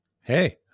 Hey